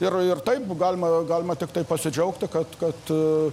ir ir taip galima galima tiktai pasidžiaugti kad kad